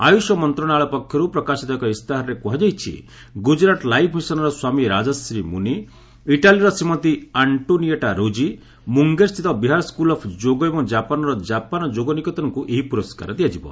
ଆୟୁଷ ମନ୍ତ୍ରଣାଳୟ ପକ୍ଷରୁ ପ୍ରକାଶିତ ଏକ ଇସ୍ତାହାରରେ କୁହାଯାଇଛି ଗୁଜରାଟ ଲାଇଫ୍ ମିଶନ୍ର ସ୍ୱାମୀ ରାଜଶ୍ରୀ ମୁନୀ ଇଟାଲୀର ଶ୍ରୀମତୀ ଆଷ୍ଟ୍ରୋନିଏଟା ରୋଜୀ ମୁଙ୍ଗେର୍ ସ୍ଥିତ ବିହାର ସ୍କୁଲ୍ ଅଫ୍ ଯୋଗ ଏବଂ ଜାପାନ୍ର ଜାପାନ୍ ଯୋଗ ନିକେତନକୁ ଏଇ ପୁରସ୍କାର ଦିଆଯିବ